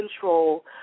control